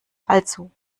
also